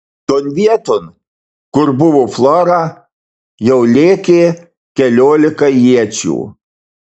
ton vieton kur buvo flora jau lėkė keliolika iečių